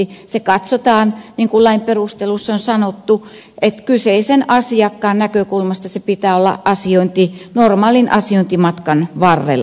se katsotaan niin kuin lain perusteluissa on sanottu että kyseisen asiakkaan näkökulmasta se pitää olla asiointi normaalin asiointimatkan varrella